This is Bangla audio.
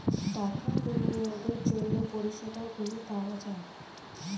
টাকা বিনিয়োগের জন্য পরিষেবাগুলো পাওয়া যায়